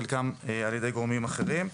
חלקם על ידי גורמים אחרים.